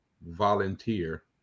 volunteer